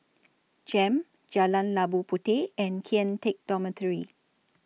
Jem Jalan Labu Puteh and Kian Teck Dormitory